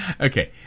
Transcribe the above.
Okay